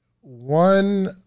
One